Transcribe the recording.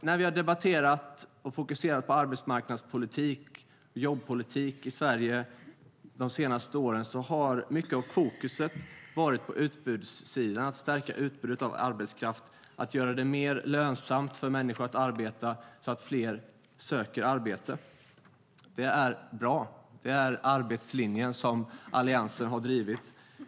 När vi har debatterat och fokuserat på arbetsmarknadspolitik och jobbpolitik i Sverige de senaste åren har mycket av fokuset varit på utbudssidan, att stärka utbudet av arbetskraft, att göra det mer lönsamt för människor att arbeta så att fler söker arbete. Det är bra. Det är arbetslinjen, som Alliansen har drivit.